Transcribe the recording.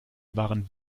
waren